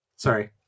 Sorry